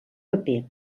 paper